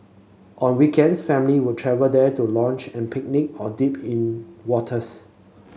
on weekends family would travel there to lounge and picnic or dip in waters